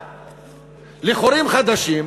בהכרח לחורים חדשים.